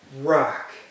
rock